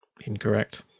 Incorrect